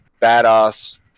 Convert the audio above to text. badass